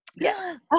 yes